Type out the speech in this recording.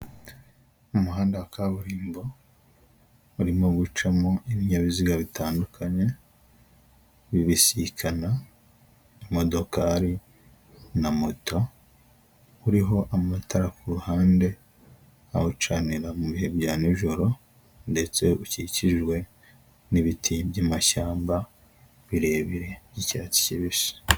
Umuhanda wa kaburimbo urimo gucamo ibinyabiziga bitandukanye bibisikana, imodokari na moto, uriho amatara ku ruhande awucanira mu bihe bya nijoro ndetse ukikijwe n'ibiti by'amashyamba birebire by'icyatsi kibisi.